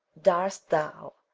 dar'st thou,